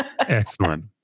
Excellent